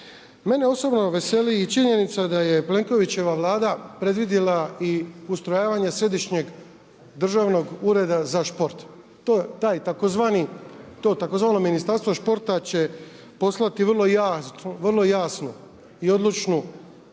Mene osobno veseli i činjenica da je Plenkovićeva vlada predvidjela i ustrojavanje Središnjeg državnog ureda za sport, to tzv. Ministarstvo sporta će poslati vrlo jasno i odlučnu